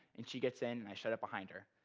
and she gets in, and i shut it behind her.